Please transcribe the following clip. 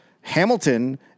Hamilton